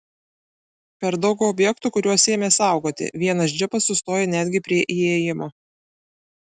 per daug objektų kuriuos ėmė saugoti vienas džipas sustojo netgi prie įėjimo